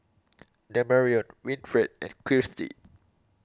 Damarion Winfred and Kirstie